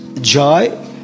joy